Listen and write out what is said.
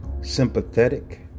sympathetic